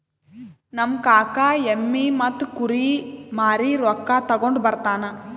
ನಮ್ ಕಾಕಾ ಎಮ್ಮಿ ಮತ್ತ ಕುರಿ ಮಾರಿ ರೊಕ್ಕಾ ತಗೊಂಡ್ ಬರ್ತಾನ್